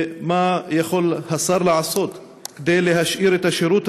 2. מה יכול השר לעשות כדי להשאיר את השירות